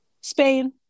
spain